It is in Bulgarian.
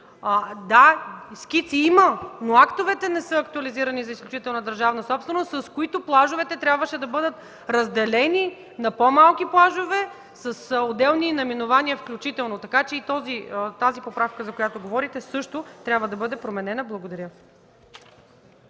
да, скици има, но актовете за изключителна държавна собственост не са актуализирани. С тях плажовете трябваше да бъдат разделени на по-малки плажове, с отделни наименования включително. Така че и тази поправка, за която говорите, също трябва да бъде променена. Благодаря.